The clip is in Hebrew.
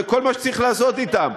כל מה שצריך לעשות אתם.